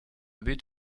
but